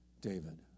David